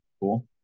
Cool